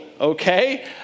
Okay